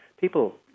People